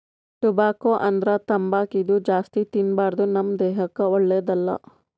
tobacco ಅಂದ್ರ ತಂಬಾಕ್ ಇದು ಜಾಸ್ತಿ ತಿನ್ಬಾರ್ದು ನಮ್ ದೇಹಕ್ಕ್ ಒಳ್ಳೆದಲ್ಲ